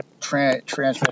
transfer